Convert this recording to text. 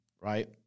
right